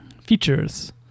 features